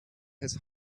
his